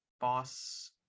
boss